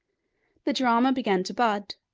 the drama began to bud,